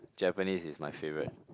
Japanese is my favourite